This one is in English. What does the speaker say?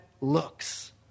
looks